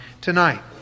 tonight